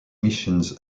missions